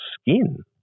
skin